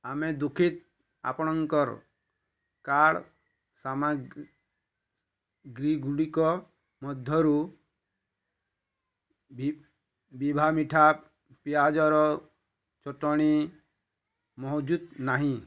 ଆମେ ଦୁଃଖିତ ଆପଣଙ୍କର କାର୍ଡ଼୍ ସାମ ଗ୍ରୀଗୁଡ଼ିକ ମଧ୍ୟରୁ ଭିବା ମିଠା ପିଆଜର ଚଟଣି ମହଜୁତ୍ ନାହିଁ